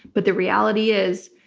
but the reality is,